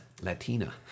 Latina